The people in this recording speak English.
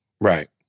Right